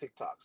TikToks